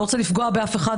אני לא רוצה לפגוע באף אחד,